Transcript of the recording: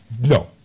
no